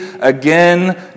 again